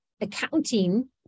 accounting